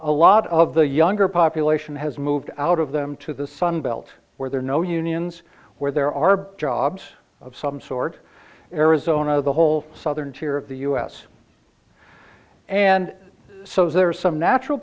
a lot of the younger population has moved out of them to the sunbelt where there are no unions where there are jobs of some sort arizona the whole southern tier of the us and so there are some natural